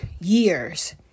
years